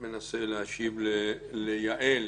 מנסה להשיב ליעל